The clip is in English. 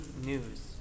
news